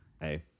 Hey